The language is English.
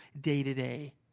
day-to-day